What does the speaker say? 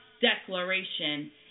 declaration